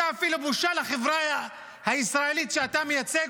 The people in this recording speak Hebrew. אתה אפילו בושה לחברה הישראלית שאתה מייצג.